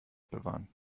bewahren